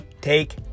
take